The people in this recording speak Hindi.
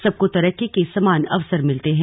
सबको तरक्की के समान अवसर मिलते हैं